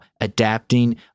adapting